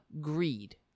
greed